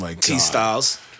T-Styles